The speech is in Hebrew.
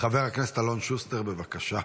חבר הכנסת אלון שוסטר, בבקשה.